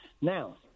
Now